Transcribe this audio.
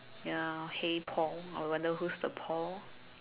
ya hey Paul I wonder who's the Paul